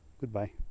Goodbye